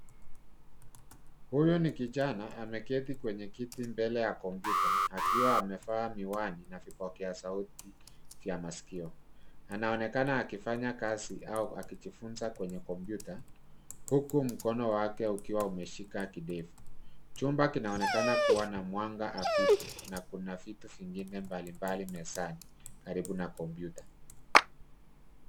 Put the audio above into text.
Huyu ni kijana ameketi kwenye kiti mbele ya kompyuta akiwa amevaa miwani na vipokea sauti vya masikio. Anaonekana akifanya kazi au akijifunza kwenye kompyuta huku mkono wake ukiwa umeshikakidevu. Chumba kinaonekana kuwa na mwanga hafifu na kuna vitu vingine mbalimbali mezani karibu na kompyuta.